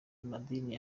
amadeni